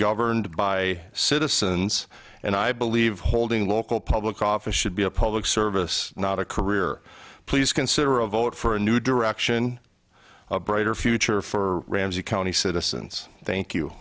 governed by citizens and i believe holding local public office should be a public service not a career please consider a vote for a new direction a brighter future for ramsey county citizens thank you